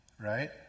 Right